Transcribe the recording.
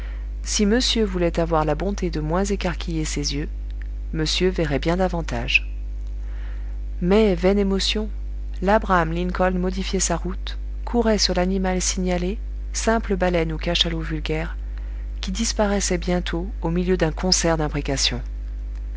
si monsieur voulait avoir la bonté de moins écarquiller ses yeux monsieur verrait bien davantage mais vaine émotion labraham lincoln modifiait sa route courait sur l'animal signalé simple baleine ou cachalot vulgaire qui disparaissait bientôt au milieu d'un concert d'imprécations